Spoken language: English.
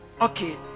okay